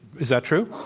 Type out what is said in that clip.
is that true?